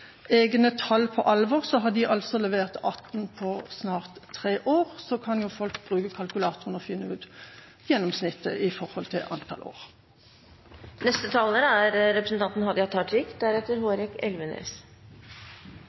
egne tall på alvor, har de levert 18 på snart tre år. Så kan jo folk bruke kalkulatoren og finne gjennomsnittet i forhold til antall